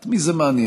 את מי זה מעניין?